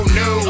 no